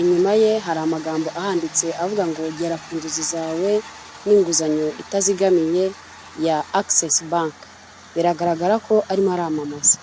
inyuma ye hari amagambo ahanditse avuga ngo ugera ku nzozi zawe n'inguzanyo itazigamiye ya agisesi banki biragaragara ko arimo aramamaza.